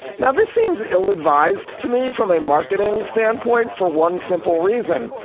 now, this seems ill-advised to me from a marketing standpoint for one simple reason.